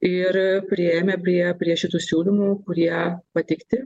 ir priėjome prie prie šitų siūlymų kurie pateikti